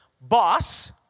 boss